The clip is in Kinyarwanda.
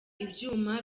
ibyuma